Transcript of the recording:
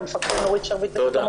בוקר טוב לכולם ולכולן.